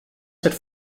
cette